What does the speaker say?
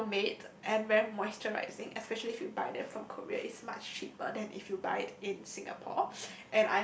well made and very moisturizing especially if you buy them from Korea it's much cheaper than if you buy it in Singapore